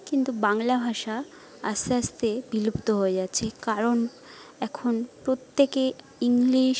কিন্তু বাংলা ভাষা আস্তে আস্তে বিলুপ্ত হয়ে যাচ্ছে কারণ এখন প্রত্যেকে ইংলিশ